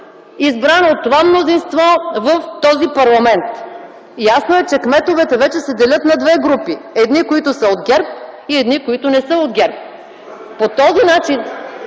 избран от това мнозинство в този парламент. Ясно е, че кметовете вече се делят на две групи – едни, които са от ГЕРБ, и едни, които не са от ГЕРБ. (Шум и